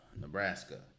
Nebraska